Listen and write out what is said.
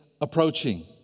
approaching